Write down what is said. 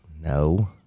no